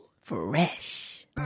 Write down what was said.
Fresh